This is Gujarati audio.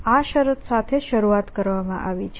આ શરત સાથે શરૂઆત કરવામાં આવી છે